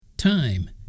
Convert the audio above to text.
Time